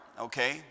okay